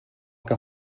que